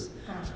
mm